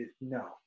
No